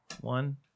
One